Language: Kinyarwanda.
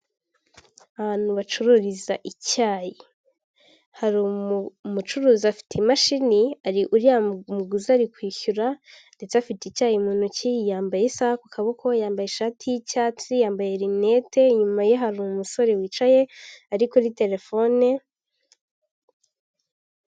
Ahantu bacururiza icyayi hari umucuruzi afite imashini uriya muguzi ari kwishyura ndetse afite icyayi mu ntoki yambaye isaha ku kaboko, yambaye ishati y'icyatsi yambaye lunete inyuma ye hari umusore wicaye ari kuri terefone .